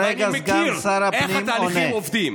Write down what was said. ואני יודע איך התהליכים עובדים,